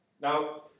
Now